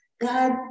God